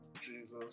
Jesus